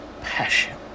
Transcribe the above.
passion